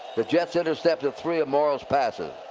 the jets intercepted three of morrall's passes.